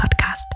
podcast